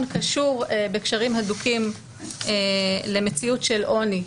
קשור בקשרים הדוקים למציאות של עוני.